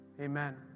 amen